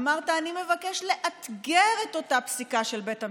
אמרת: אני מבקש לאתגר את אותה פסיקה של בית המשפט,